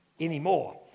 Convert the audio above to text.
anymore